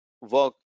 work